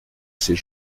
ces